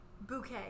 bouquet